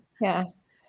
yes